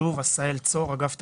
שוב עשהאל צור, אגף תקציבים.